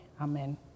amen